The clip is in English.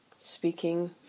speaking